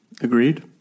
Agreed